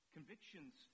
Convictions